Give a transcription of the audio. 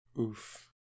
Oof